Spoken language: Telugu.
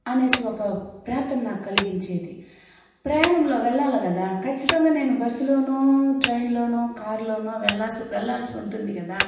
అని ఒక ప్రార్ధన నాకు కలిగించేది ప్రయాణంలో వెళ్ళాలి కదా ఖచ్చితంగా నేను బస్సులో ట్రైన్లో కార్లో వెళ్ళా వెళ్ళాల్సి ఉంటుంది కదా